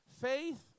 faith